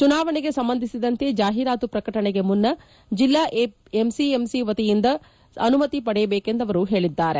ಚುನಾವಣೆಗೆ ಸಂಬಂಧಿಸಿದಂತೆ ಜಾಹೀರಾತು ಪ್ರಕಟಣೆಗೆ ಮುನ್ನ ಜಿಲ್ಲಾ ಎಂಸಿಎಂಸಿ ಸಮಿತಿಯಿಂದ ಅನುಮತಿ ಪಡೆಯಬೇಕು ಎಂದು ಅವರು ಹೇಳಿದ್ದಾರೆ